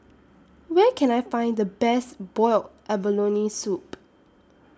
Where Can I Find The Best boiled abalone Soup